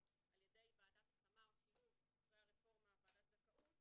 על ידי ועדת השמה או שילוב ברפורמה ועדת זכאות,